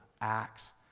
Acts